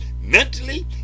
mentally